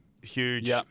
huge